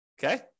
Okay